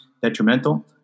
Detrimental